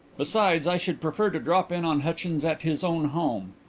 besides, i should prefer to drop in on hutchins at his own home.